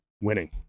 winning